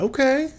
Okay